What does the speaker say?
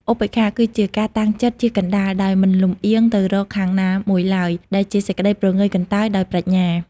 ឧបេក្ខា គឺជាការតាំងចិត្តជាកណ្តាល ដោយមិនលំអៀងទៅរកខាងណាមួយឡើយ ដែលជាសេចក្តីព្រងើយកន្តើយដោយប្រាជ្ញា។